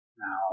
now